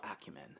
acumen